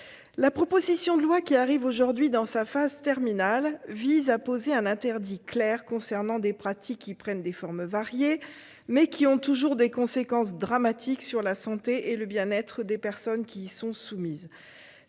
la proposition de loi, dont l'examen touche aujourd'hui à sa fin, vise à poser un interdit clair concernant des pratiques qui prennent des formes variées, mais qui ont toujours des conséquences dramatiques sur la santé et sur le bien-être des personnes qui y sont soumises.